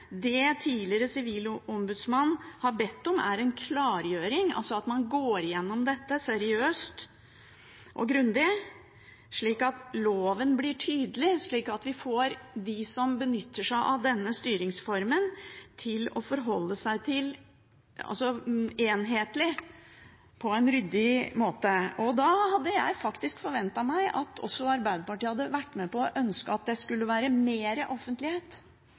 en klargjøring – altså at man går gjennom dette seriøst og grundig – slik at loven blir tydelig, og slik at vi får dem som benytter seg av denne styringsformen, til å forholde seg til den enhetlig og på en ryddig måte. Da hadde jeg faktisk forventet meg at også Arbeiderpartiet hadde vært med på å ønske at det skulle være mer offentlighet,